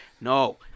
No